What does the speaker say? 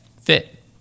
fit